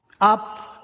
up